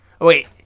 Wait